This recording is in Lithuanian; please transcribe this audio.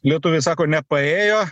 lietuviai sako nepaėjo